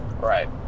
Right